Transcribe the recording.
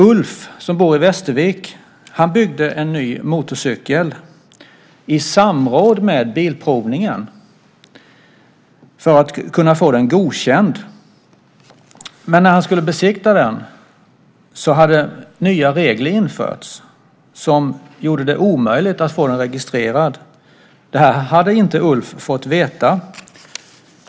Ulf som bor i Västervik byggde en ny motorcykel i samråd med Bilprovningen för att kunna få den godkänd. Men när han skulle besikta den hade nya regler införts som gjorde det omöjligt att få den registrerad. Det här hade inte Ulf fått veta.